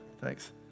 Thanks